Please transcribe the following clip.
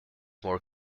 more